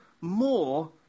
more